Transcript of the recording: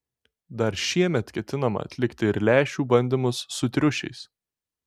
dar šiemet ketinama atlikti ir lęšių bandymus su triušiais